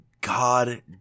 God